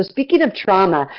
speaking of trauma,